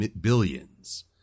billions